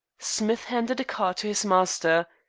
smith handed a card to his master.